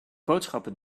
boodschappen